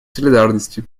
солидарности